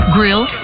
Grill